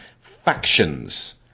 factions